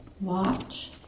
Watch